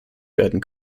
werden